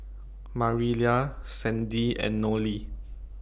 Marilla Sandie and Nolie